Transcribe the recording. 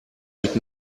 with